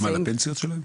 מה, לפנסיה שלהם?